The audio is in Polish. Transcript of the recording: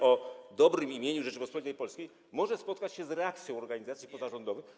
o dobrym imieniu Rzeczypospolitej Polskiej może spotkać się z reakcją organizacji pozarządowych.